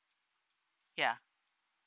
ya